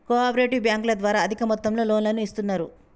co operative బ్యాంకుల ద్వారా అధిక మొత్తంలో లోన్లను ఇస్తున్నరు